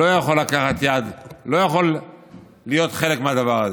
לא יכול לתת יד, לא יכול להיות חלק מהדבר הזה.